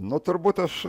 na turbūt aš